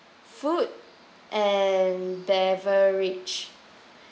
food and beverage